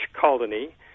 colony